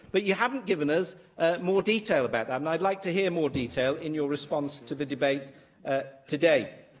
but you haven't given us ah more detail about that, and i'd like to hear more detail in your response to the debate ah today.